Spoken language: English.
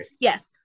Yes